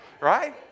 right